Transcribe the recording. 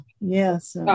yes